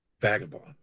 vagabond